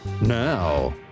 Now